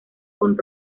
con